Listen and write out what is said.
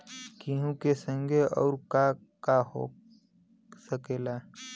गेहूँ के संगे अउर का का हो सकेला?